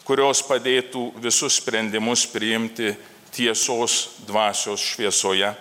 kurios padėtų visus sprendimus priimti tiesos dvasios šviesoje